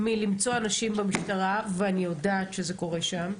מלמצוא אנשים במשטרה, ואני יודעת שזה קורה שם.